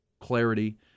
clarity